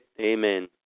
Amen